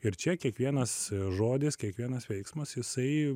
ir čia kiekvienas žodis kiekvienas veiksmas jisai